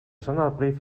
standardbrief